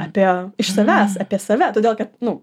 apie iš savęs apie save todėl kad nu